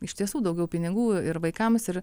iš tiesų daugiau pinigų ir vaikams ir